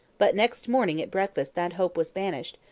but next morning at breakfast that hope was banished,